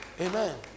Amen